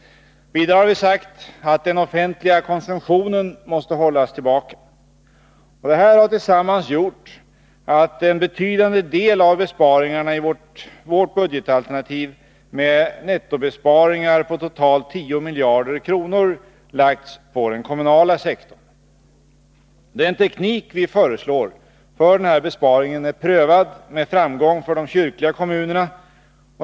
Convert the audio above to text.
Vi har vidare sagt, att den offentliga konsumtionen måste hållas tillbaka. Detta sammantaget innebär att en betydande del av besparingarna i vårt budgetalternativ, med nettobesparingar på totalt 10 miljarder kronor, lagts på den kommunala sektorn. Den teknik vi föreslår för denna besparing är prövad med framgång för de kyrkliga kommunerna.